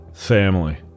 family